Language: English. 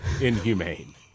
inhumane